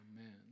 Amen